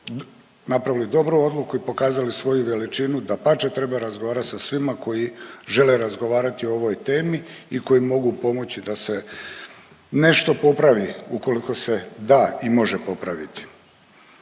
napravili dobru odluku i pokazali svoju veličinu, dapače treba razgovarati sa svima koji žele razgovarati o ovoj temi i koji mogu pomoći da se nešto popravi ukoliko se da i može popraviti.